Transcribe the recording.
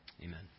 Amen